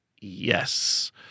yes